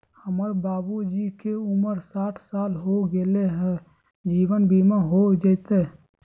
हमर बाबूजी के उमर साठ साल हो गैलई ह, जीवन बीमा हो जैतई?